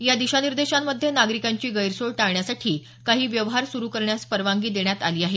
या दिशानिर्देशांमध्ये नागरिकांची गैरसोय टाळण्यासाठी काही व्यवहार सुरू करण्यास परवानगी देण्यात आली आहे